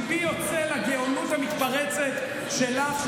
ליבי יוצא לגאונות המתפרצת שלך,